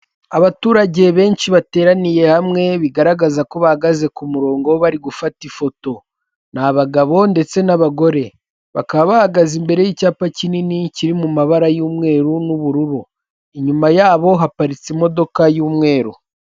Abaturage benshi bateraniye hamwe bigaragaza ko bahagaze ku murongo bari gufata ifoto, ni abagabo ndetse n'abagore. Bakaba bahagaze imbere y'icyapa kinini kiri mu mabara y'umweru n'ubururu. Inyuma yabo haparitse imodoka y'umweru.